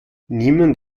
niemand